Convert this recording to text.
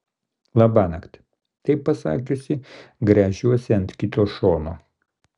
labanakt tai pasakiusi gręžiuosi ant kito šono